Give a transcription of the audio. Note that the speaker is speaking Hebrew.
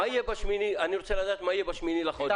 אני רוצה לדעת מה יהיה ב-8 בחודש.